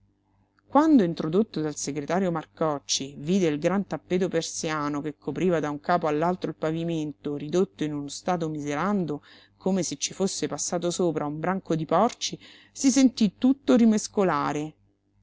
disordine quando introdotto dal segretario marcocci vide il gran tappeto persiano che copriva da un capo all'altro il pavimento ridotto in uno stato miserando come se ci fosse passato sopra un branco di porci si sentí tutto rimescolare